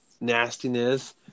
nastiness